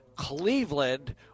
Cleveland